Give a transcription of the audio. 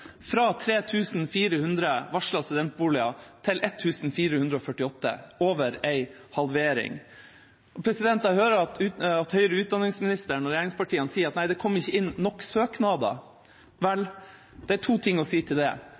fra 3 400 varslede studentboliger til 1 448 – over en halvering. Jeg hører at høyere utdanningsministeren og regjeringspartiene sier at det ikke kom inn nok søknader. Vel, det er to ting å si til det.